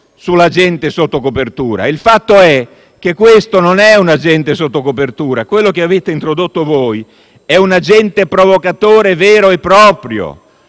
sull'agente sotto copertura. Il fatto è che questo non è tale. Quello che avete introdotto voi è un agente provocatore vero e proprio